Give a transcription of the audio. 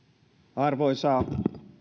arvoisa